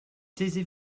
taisez